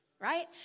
right